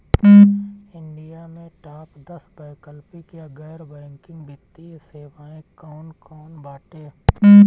India में top दस वैकल्पिक या गैर बैंकिंग वित्तीय सेवाएं कौन कोन बाटे?